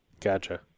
Gotcha